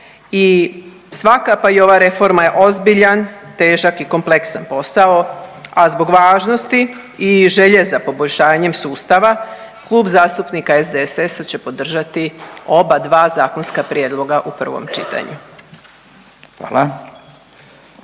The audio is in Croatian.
i svaka pa i ova reforma je ozbiljan, težak i kompleksan posao, a zbog važnosti i želje za poboljšanjem sustava Klub zastupnika SDSS-a će podržati oba dva zakonska prijedloga u prvom čitanju.